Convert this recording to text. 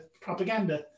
propaganda